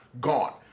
gone